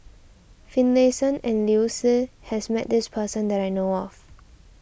Finlayson and Liu Si has met this person that I know of